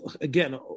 Again